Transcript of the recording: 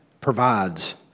provides